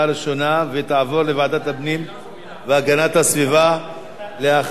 התשע"ב 2012, לוועדת הפנים והגנת הסביבה נתקבלה.